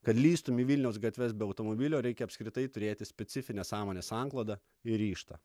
kad lįstum į vilniaus gatves be automobilio reikia apskritai turėti specifinę sąmonės sanklodą ir ryžtą